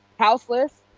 house list,